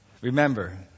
remember